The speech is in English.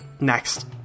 Next